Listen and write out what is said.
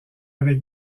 avec